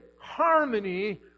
harmony